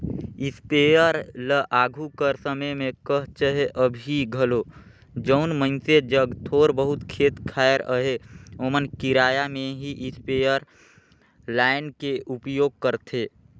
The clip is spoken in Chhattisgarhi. इस्पेयर ल आघु कर समे में कह चहे अभीं घलो जउन मइनसे जग थोर बहुत खेत खाएर अहे ओमन किराया में ही इस्परे लाएन के उपयोग करथे